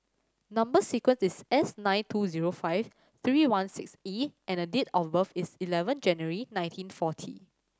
number sequence is S nine two zero five three one six E and date of birth is eleven January nineteen forty